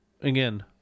Again